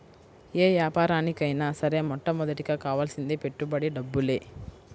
యే యాపారానికైనా సరే మొట్టమొదటగా కావాల్సింది పెట్టుబడి డబ్బులే